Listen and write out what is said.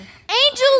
Angels